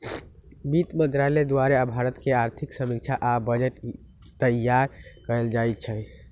वित्त मंत्रालय द्वारे भारत के आर्थिक समीक्षा आ बजट तइयार कएल जाइ छइ